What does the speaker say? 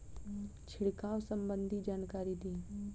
छिड़काव संबंधित जानकारी दी?